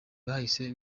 bahise